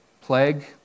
plague